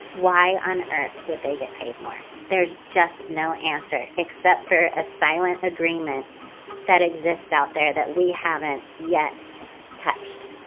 why on earth would they get paid more. there's just no answer except for a silent agreement that exists out there that we haven't yet touched.